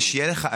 ושיהיה לך עתיד.